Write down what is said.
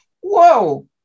Whoa